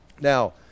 now